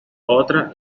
otra